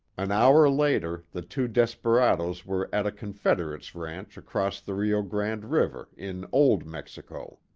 an hour later the two desperadoes were at a confederate's ranch across the rio grande river, in old mexico.